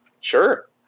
Sure